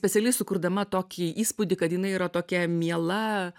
specialiai sukurdama tokį įspūdį kad jinai yra tokia miela